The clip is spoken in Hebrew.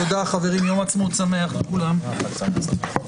תודה לכולם, הישיבה נעולה.